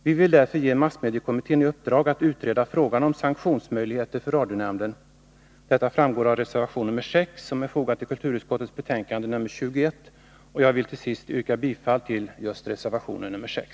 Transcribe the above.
Vi vill därför att massmediekommittén får i uppdrag att utreda frågan om sanktionsmöjligheter för radionämnden. Detta framgår av reservation 6, som är fogad till kulturutskottets betänkande 21. Till sist yrkar jag bifall till reservation 6.